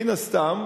מן הסתם,